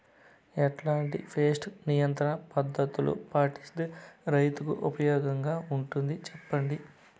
ఎట్లాంటి పెస్ట్ నియంత్రణ పద్ధతులు పాటిస్తే, రైతుకు ఉపయోగంగా ఉంటుంది సెప్పండి?